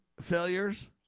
failures